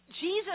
Jesus